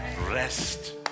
Rest